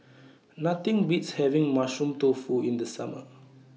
Nothing Beats having Mushroom Tofu in The Summer